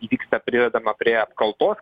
įvyksta pridedama prie apkaltos